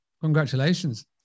Congratulations